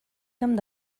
camp